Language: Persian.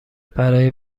برای